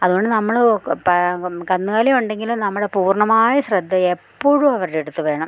അതു കൊണ്ട് നമ്മൾ ഒക്കെ കന്നുകാലിയുണ്ടെങ്കിൽ നമ്മുടെ പൂർണ്ണമായ ശ്രദ്ധയെപ്പോഴും അവരുടെ അടുത്തു വേണം